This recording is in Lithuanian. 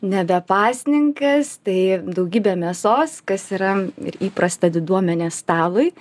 nebe pasninkas tai daugybė mėsos kas yra ir įprasta diduomenės stalui